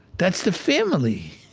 that's the family.